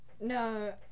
No